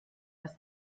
das